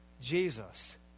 Jesus